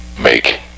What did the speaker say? make